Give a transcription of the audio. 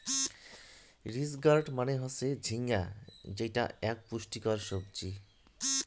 ridge gourd মানে হসে ঝিঙ্গা যেটো আক পুষ্টিকর সবজি